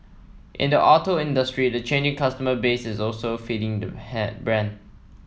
in the auto industry the changing customer base is also feeding the hand brand